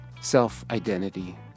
self-identity